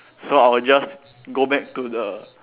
so I'll just go back to the